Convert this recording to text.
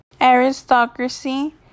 aristocracy